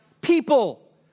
people